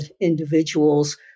individuals